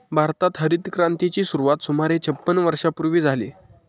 भारतात हरितक्रांतीची सुरुवात सुमारे छपन्न वर्षांपूर्वी झाली